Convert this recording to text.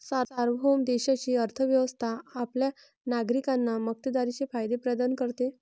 सार्वभौम देशाची अर्थ व्यवस्था आपल्या नागरिकांना मक्तेदारीचे फायदे प्रदान करते